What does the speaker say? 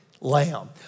lamb